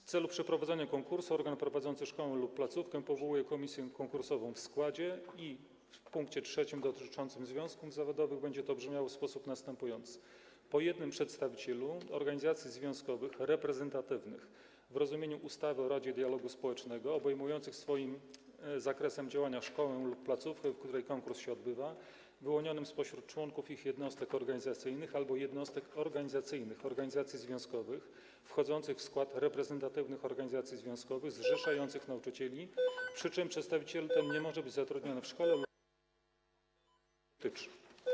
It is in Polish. W celu przeprowadzenia konkursu organ prowadzący szkołę lub placówkę powołuje komisję konkursową w składzie - i w pkt 3 dotyczącym związków zawodowych będzie to brzmiało w sposób następujący: po jednym przedstawicielu organizacji związkowych reprezentatywnych, w rozumieniu ustawy o Radzie Dialogu Społecznego, obejmujących swoim zakresem działania szkołę lub placówkę, w której konkurs się odbywa, wyłonionym spośród członków ich jednostek organizacyjnych albo jednostek organizacyjnych organizacji związkowych wchodzących w skład reprezentatywnych organizacji związkowych zrzeszających nauczycieli, przy czym przedstawiciel ten nie może być zatrudniony w szkole lub placówce, której konkurs dotyczy.